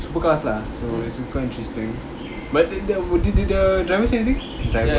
because lah so it's quite interesting but did the did did the the driver driver